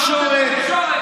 מהתקשורת, אבל, התקשורת.